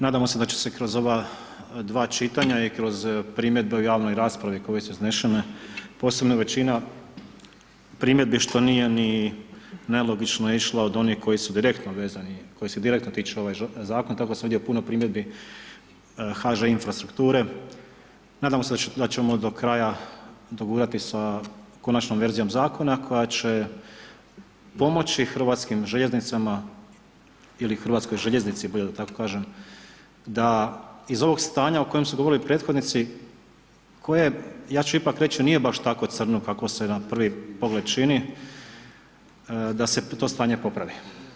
Nadamo se da će se kroz ova dva čitanja i kroz primjedbe o javnoj raspravi koje su iznešene, posebno većina primjedbi što nije ni, nelogično je išlo od onih koji su direktno vezani, kojih se direktno tiče ovaj Zakon, tako su ovdje puno primjedbi HŽ Infrastrukture, nadamo se da ćemo do kraja dogurati sa konačnom verzijom Zakona koja će pomoći HŽ-cama ili HŽ-ci, bolje da tako kažem, da iz ovog stanja o kojem su govorili prethodnici, koje, ja ću ipak reći, nije baš tako crno kako se na prvi pogled čini, da se to stanje popravi.